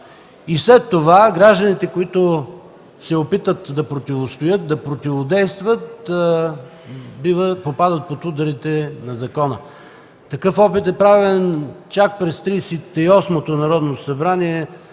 След това гражданите, които се опитат да противостоят, да противодействат, попадат под ударите на закона. Такъв опит е правен през Тридесет и осмото Народно събрание.